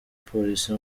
polisi